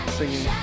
singing